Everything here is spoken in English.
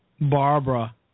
Barbara